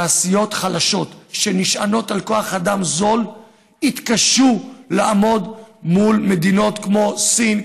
תעשיות חלשות שנשענות על כוח אדם זול יתקשו לעמוד מול מדינות כמו סין,